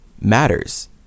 matters